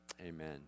Amen